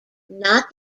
not